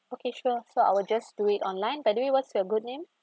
okay sure so I'll just do it online by the way what's your good name